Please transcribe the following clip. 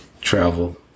travel